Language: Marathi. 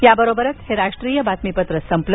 याबरोबरच हे राष्ट्रीय बातमीपत्र संपलं